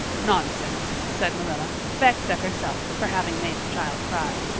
nonsense, said marilla, vexed at herself for having made the child cry.